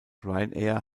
ryanair